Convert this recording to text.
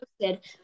posted